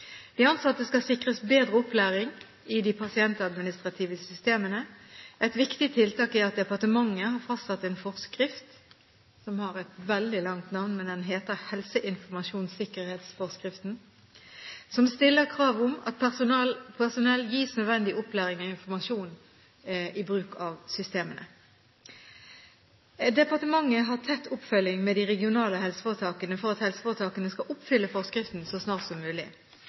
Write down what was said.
De ansatte skal sikres bedre opplæring i de pasientadministrative systemene. Et viktig tiltak er at departementet har fastsatt en forskrift, som har et veldig langt navn og heter helseinformasjonssikkerhetsforskriften, som stiller krav om at personell gis nødvendig opplæring og informasjon om bruk av systemene. Departementet har tett oppfølging med de regionale helseforetakene for at helseforetakene skal oppfylle forskriften så snart som mulig.